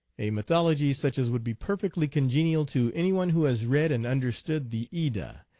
a mythology such as would be perfectly congenial to any one who has read and understood the edda,